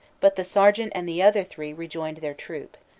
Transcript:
but the sergeant and the other three rejoined their troop.